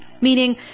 Meaning